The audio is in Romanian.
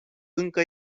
încă